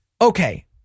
Okay